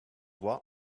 what